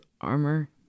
armor